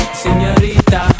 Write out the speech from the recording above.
señorita